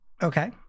Okay